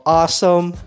awesome